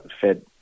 Fed